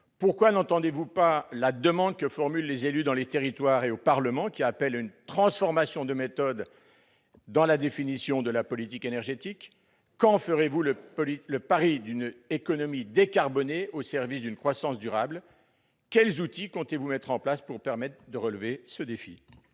Pourquoi n'entendez-vous pas la demande que formulent les élus dans les territoires et au Parlement, appelant à une transformation de méthode dans la définition de la politique énergétique ? Quand ferez-vous le pari d'une économie décarbonée au service d'une croissance durable ? Et quels outils comptez-vous mettre en place pour relever ce défi ?